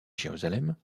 jérusalem